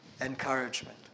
encouragement